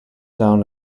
down